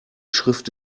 schrift